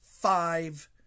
Five